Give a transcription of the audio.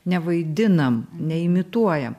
nevaidinam neimituojam